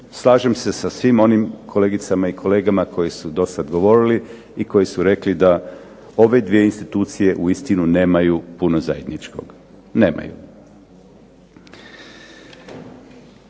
Slažem se sa svim onim kolegicama i kolegama koji su dosad govorili i koji su rekli da ove dvije institucije uistinu nemaju puno zajedničkog. Nemaju.